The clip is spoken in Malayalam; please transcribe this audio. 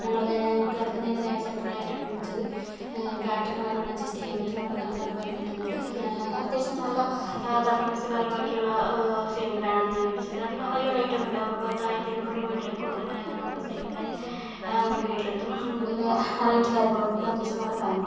ഞങ്ങൾ നേരെ ഞങ്ങൾക്ക് കിടക്കുന്നതിൻ്റെ നേരെ സെന്ററിലായിട്ടാണ് വെച്ചത് കാറ്റൊക്കെ നല്ലവണ്ണം അഡ്ജസ്റ്റ് ചെയ്യാൻ പറ്റും നമുക്ക് നല്ല തണുപ്പ് നല്ലം കിട്ടുന്നുണ്ട് അത്യാവശ്യം നല്ല പെർഫോമൻസ് കാര്യങ്ങളൊക്കെ ഉള്ള സീലിംഗ് ഫാനാണ് ഞാൻ മേടിച്ചത് അധികം വലിയ റേറ്റൊന്നും ഇല്ല നമുക്ക് പത്തായിരത്തി എഴുന്നൂറ് രൂപ കൊടുത്തിട്ടുണ്ടെങ്കിൽ തന്നെ നമുക്ക് സീലിംഗ് ഫാൻ നമുക്ക് വീട്ടിലെത്തും വലിയ റേറ്റ് കാര്യങ്ങളൊന്നും ഇല്ല അത്യാവശ്യം നല്ല ഫാനും ആണ്